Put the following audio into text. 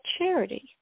charity